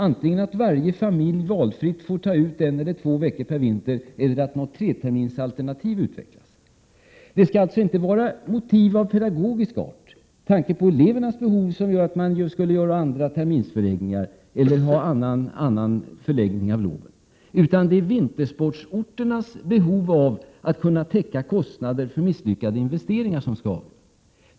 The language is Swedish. Antingen att varje familj valfritt får ta ut en eller två veckor per vinter eller att något treterminsalternativ utvecklas.” Motiv av pedagogisk art, någon tanke på elevernas behov, skall alltså inte vara skäl till annan förläggning av terminer och lov än vi nu har, utan det är vintersportorternas behov av att täcka kostnader för misslyckade investeringar som skall avgöra.